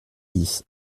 bis